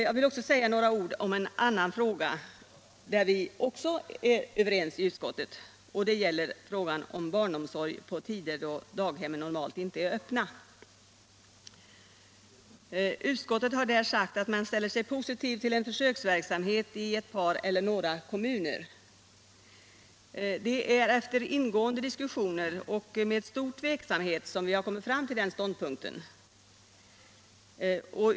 Jag vill säga några ord om en annan fråga, där vi i utskottet är överens. Det gäller frågan om barnomsorg på tider då daghemmen normalt inte är öppna. Utskottet har där sagt att man ställer sig positiv till en försöksverksamhet i ett par eller några kommuner. Det är efter ingående diskussioner och med stor tveksamhet vi kommit fram till den ståndpunkten.